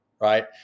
Right